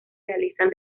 realizan